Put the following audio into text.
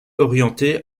orienté